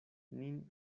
nin